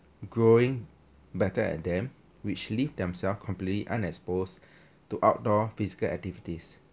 growing better at them which leave themselves completely unexposed to outdoor physical activities